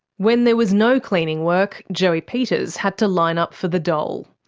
when there was no cleaning work, joey peters had to line up for the dole.